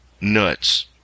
nuts